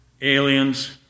aliens